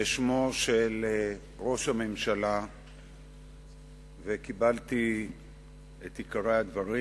בשמו של ראש הממשלה וקיבלתי את עיקרי הדברים.